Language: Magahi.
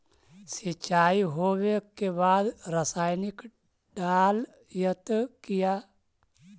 सीचाई हो बे के बाद रसायनिक डालयत किया?